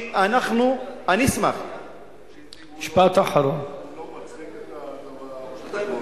הוא לא אחראי לדבר.